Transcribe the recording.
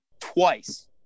twice